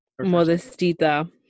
Modestita